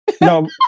No